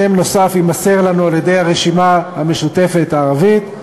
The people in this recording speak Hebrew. שם נוסף יימסר לנו על-ידי הרשימה המשותפת הערבית,